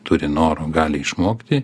turi noro gali išmokti